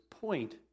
point